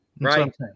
Right